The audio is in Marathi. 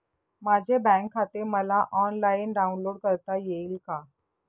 माझे बँक खाते मला ऑनलाईन डाउनलोड करता येईल का?